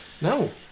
No